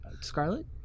Scarlet